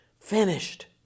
finished